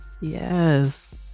yes